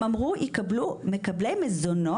הם אמרו מקבלות מזונות,